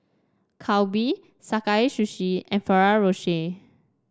Calbee Sakae Sushi and Ferrero Rocher